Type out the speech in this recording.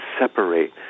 separate